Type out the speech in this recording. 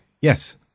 yes